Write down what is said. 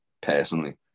Personally